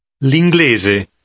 L'inglese